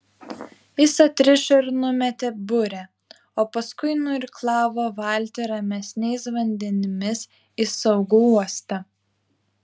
jis atrišo ir numetė burę o paskui nuirklavo valtį ramesniais vandenimis į saugų uostą